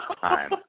time